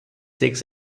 six